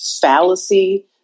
fallacy